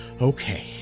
Okay